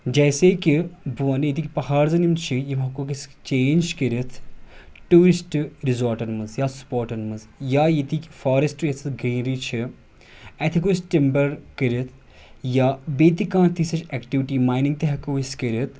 جیسے کہ بہٕ ونہٕ ییٚتِکۍ پَہاڑ زَن چھِ یِم ہٮ۪کوکھ أسۍ چینٛج کٔرِتھ ٹوٗرِسٹ رِزوٹَن منٛز یا سٕپوٹَن منٛز یا ییٚتِکۍ فارٮ۪سٹ یَتھ سہ گریٖنری چھِ اَتہِ ہٮ۪کو أسۍ ٹِمبَر کٔرِتھ یا بیٚیہِ تہِ کانٛہہ تہِ یِژھ ہِش ایٚکٹوِٹی ماہنِںٛگ تہِ ہٮ۪کو أسۍ کٔرِتھ